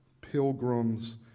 pilgrims